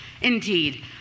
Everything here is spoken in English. indeed